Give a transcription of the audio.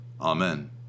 Amen